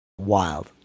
Wild